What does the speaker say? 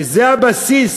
וזה הבסיס